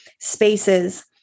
spaces